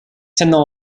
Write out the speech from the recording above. tenor